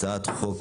הצעת חוק